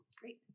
great